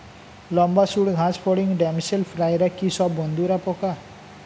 লম্বা সুড় ঘাসফড়িং ড্যামসেল ফ্লাইরা কি সব বন্ধুর পোকা?